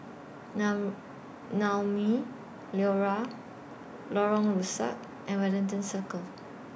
Naumi Liora Lorong Rusuk and Wellington Circle